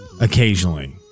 occasionally